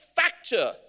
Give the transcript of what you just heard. factor